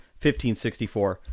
1564